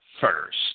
first